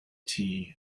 tea